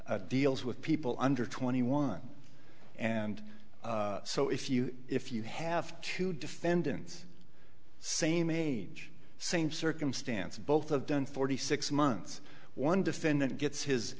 b deals with people under twenty one and so if you if you have two defendants same age same circumstances both of done forty six months one defendant gets his